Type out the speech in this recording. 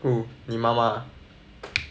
who 你妈妈 ah